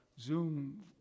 Zoom